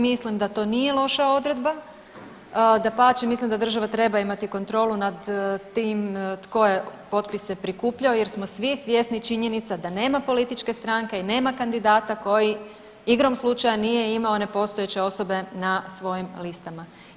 Mislim da to nije loša odredba, dapače mislim da država treba imati kontrolu nad tim tko je potpise prikupljao jer smo svi svjesni činjenica da nema političke stranke i nema kandidata koji igrom slučaja nije imao nepostojeće osobe na svojim listama.